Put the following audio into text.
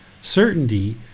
certainty